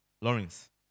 Lawrence